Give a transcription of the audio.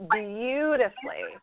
beautifully